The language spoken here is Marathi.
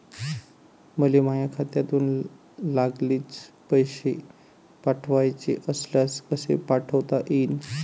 मले माह्या खात्यातून लागलीच पैसे पाठवाचे असल्यास कसे पाठोता यीन?